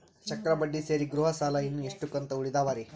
ಚಕ್ರ ಬಡ್ಡಿ ಸೇರಿ ಗೃಹ ಸಾಲ ಇನ್ನು ಎಷ್ಟ ಕಂತ ಉಳಿದಾವರಿ?